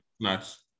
nice